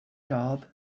job